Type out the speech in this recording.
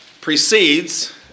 precedes